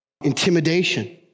Intimidation